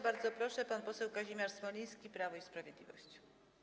Bardzo proszę, pan poseł Kazimierz Smoliński, Prawo i Sprawiedliwość.